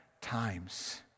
times